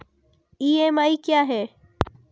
EMI क्या है?